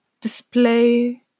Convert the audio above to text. Display